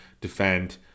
defend